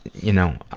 you know.